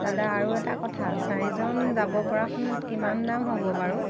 দাদা আৰু এটা কথা চাৰিজন যাব পৰাখন কিমান দাম হ'ব বাৰু